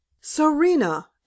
serena